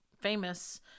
famous